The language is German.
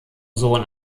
sohn